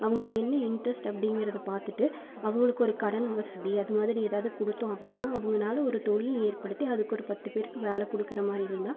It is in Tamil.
அவங்களுக்கு என்ன இன்ட்ரெஸ்ட் அப்படிங்கிறத பார்த்துட்டு அவங்களுக்கு ஒரு கடன் வசதி அது மாதிரி எதாவது கொடுத்தோம் அப்படின்னா அவங்கனால ஒரு தொழில் ஏற்படுத்தி அதுக்கு ஒரு பத்து பேருக்கு வேலை கொடுக்குற மாதிரி இருந்தால்